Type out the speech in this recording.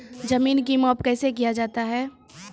जमीन की माप कैसे किया जाता हैं?